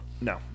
No